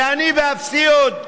אני ואפסי עוד.